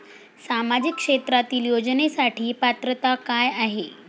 सामाजिक क्षेत्रांतील योजनेसाठी पात्रता काय आहे?